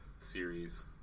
series